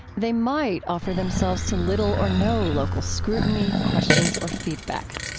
they might offer themselves to little or no local scrutiny, questions, or feedback.